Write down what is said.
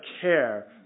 care